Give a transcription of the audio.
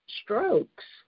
strokes